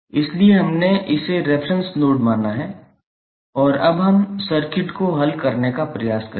इसलिए हमने इसे रेफेरेंस नोड माना है और अब हम सर्किट को हल करने का प्रयास करेंगे